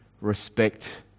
respect